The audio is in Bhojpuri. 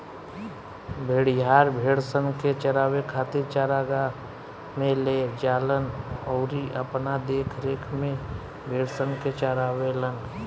भेड़िहार, भेड़सन के चरावे खातिर चरागाह में ले जालन अउरी अपना देखरेख में भेड़सन के चारावेलन